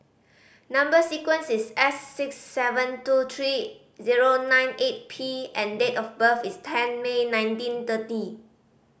number sequence is S six seven two three zero nine eight P and date of birth is ten May nineteen thirty